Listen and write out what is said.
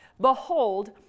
behold